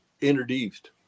introduced